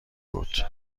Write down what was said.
بود